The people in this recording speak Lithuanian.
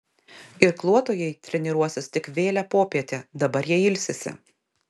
irkluotojai treniruosis tik vėlią popietę dabar jie ilsisi